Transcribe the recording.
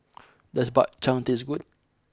does Bak Chang taste good